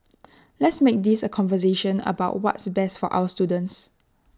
let's make this A conversation about what's best for our students